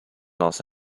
los